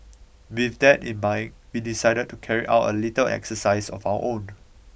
with that in mind we decided to carry out a little exercise of our own